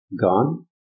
gone